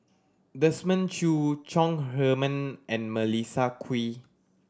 Desmond Choo Chong Heman and Melissa Kwee